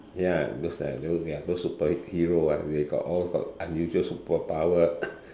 ya those like those ya those superheroes ah they all got unusual superpower